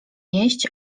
jeść